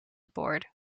aboard